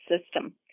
system